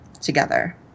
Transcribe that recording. together